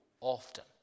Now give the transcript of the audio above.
often